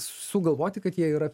sugalvoti kad jie yra